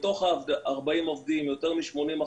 מתוך 40 העובדים יותר מ-80%,